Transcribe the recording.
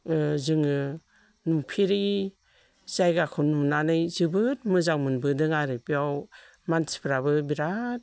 जोङो नुफेरि जायगाखौ नुनानै जोबोद मोजां मोनबोदों आरो बेयाव मानसिफ्राबो बिराद